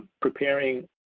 preparing